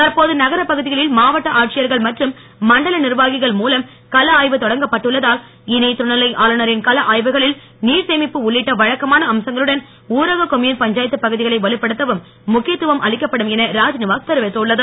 தற்போது நகரப் பகுதிகளில் மாவட்ட ஆட்சியர்கள் மற்றும் மண்டல நிர்வாகிகள் மூலம் கள ஆய்வு தொடங்கப்பட்டுள்ளதால் இனி துணை நிலை ஆளுநரின் கள ஆய்வுகளில் நீர் சேமிப்பு உள்ளிட்ட வழக்கமான அம்சங்களுடன் ஊரக கொம்யுன் பஞ்சாயத்துப் பகுதிகளை வலுப்படுத்தவும் முக்கியத் துவம் அளிக்கப்படும் என ராஜ்நிவாஸ் தெரிவித்துள்ளது